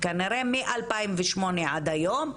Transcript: כנראה מ-2008 עד היום,